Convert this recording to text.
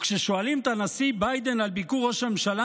כששואלים את הנשיא ביידן על ביקור ראש הממשלה